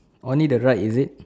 only the right is it